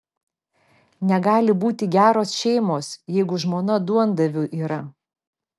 negali būti geros šeimos jeigu žmona duondaviu yra